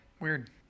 weird